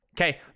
Okay